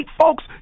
folks